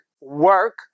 work